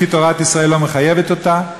כי תורת ישראל לא מחייבת אותה,